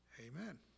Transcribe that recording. Amen